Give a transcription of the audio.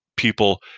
people